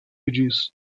ridges